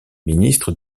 ministres